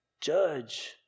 judge